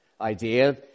idea